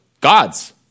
God's